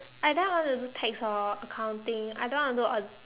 either I want to do tax or accounting I don't want to do au~